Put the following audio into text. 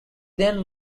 then